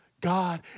god